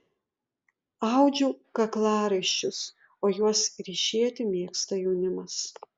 audžiu kaklaraiščius o juos ryšėti mėgsta jaunimas